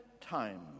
time